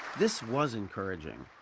this was encouraging.